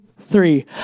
three